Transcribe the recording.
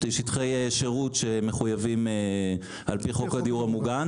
שטחי שירות שמחויבים על פי חוק הדיור המוגן.